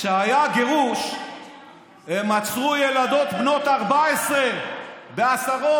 כשהיה הגירוש הם עצרו ילדות בנות 14 בעשרות,